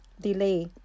delay